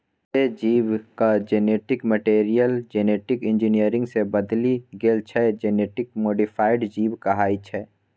जे जीबक genetic material genetic engineering सँ बदलि गेल छै जेनेटिक मोडीफाइड जीब कहाइ छै